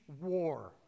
war